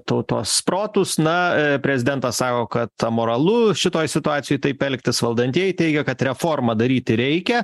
tautos protus na prezidentas sako kad amoralu šitoj situacijoj taip elgtis valdantieji teigia kad reformą daryti reikia